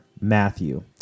Matthew